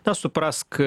na suprask